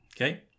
okay